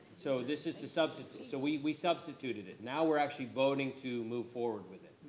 so this is to substitute, so we we substituted it. now we're actually voting to move forward with it.